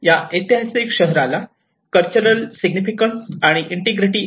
या ऐतिहासिक शहराला कल्चरल सिग्निफिकँस आणि इंटिग्रिटी आहे